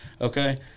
okay